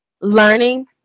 learning